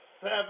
seven